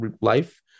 life